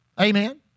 Amen